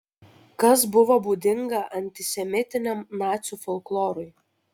kas buvo būdinga antisemitiniam nacių folklorui